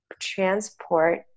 transport